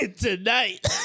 tonight